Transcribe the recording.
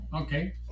Okay